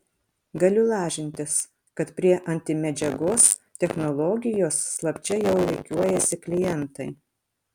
galiu lažintis kad prie antimedžiagos technologijos slapčia jau rikiuojasi klientai